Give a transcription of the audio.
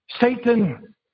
Satan